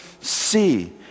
see